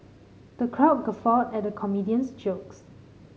the crowd guffawed at the comedian's jokes